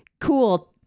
cool